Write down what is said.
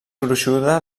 gruixuda